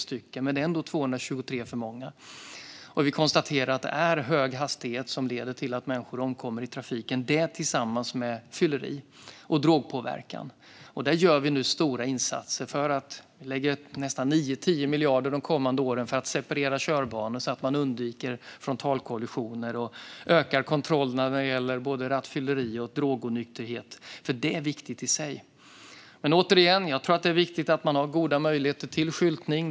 Men det är ändå 223 för många. Vi kan konstatera att det är hög hastighet som leder till att människor omkommer i trafiken - tillsammans med fylleri och drogpåverkan. Där görs nu stora insatser. Vi lägger 9-10 miljarder de kommande åren på att separera körbanor för att undvika frontalkollisioner samt på att öka antalet kontroller i fråga om rattfylleri och drogonykterhet. Det är viktigt i sig. Jag säger återigen att det är viktigt med goda möjligheter till skyltning.